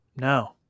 No